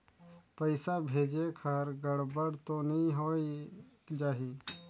पइसा भेजेक हर गड़बड़ तो नि होए जाही?